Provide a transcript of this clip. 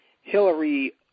Hillary